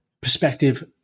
perspective